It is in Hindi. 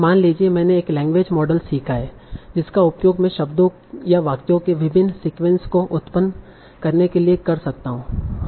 मान लीजिए मैंने एक लैंग्वेज मॉडल सीखा है जिसका उपयोग मैं शब्दों या वाक्यों के विभिन्न सीक्वेंस को उत्पन्न करने के लिए कर सकता हूँ